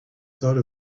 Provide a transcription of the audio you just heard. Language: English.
thought